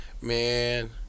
man